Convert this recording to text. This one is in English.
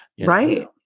Right